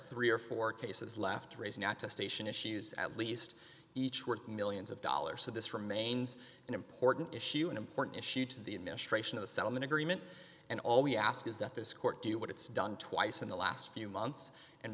three or four cases left to raise not to station issues at least each worth millions of dollars so this remains an important issue an important issue to the administration of the settlement agreement and all we ask is that this court do what it's done twice in the last few months and